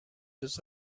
روز